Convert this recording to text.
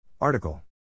Article